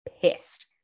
pissed